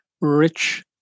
rich